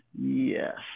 Yes